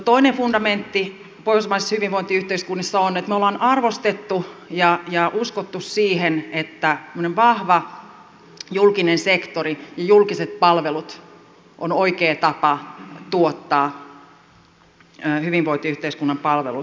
toinen fundamentti pohjoismaisissa hyvinvointiyhteiskunnissa on että me olemme arvostaneet sitä ja uskoneet siihen että tämmöinen vahva julkinen sektori ja julkiset palvelut on oikea tapa tuottaa hyvinvointiyhteiskunnan palvelut